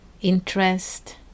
interest